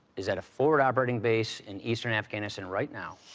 is at a forward operating base in eastern afghanistan right now.